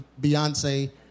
Beyonce